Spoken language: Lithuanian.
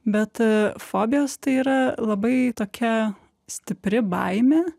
bet a fobijos tai yra labai tokia stipri baimė